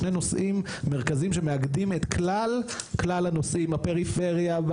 שני נושאים מרכזיים שמאגדים את כלל-כלל הנושאים הפריפריה,